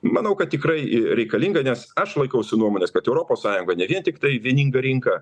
manau kad tikrai i reikalinga nes aš laikausi nuomonės kad europos sąjunga ne vien tiktai vieninga rinka